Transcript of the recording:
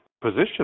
position